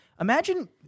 Imagine